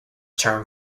term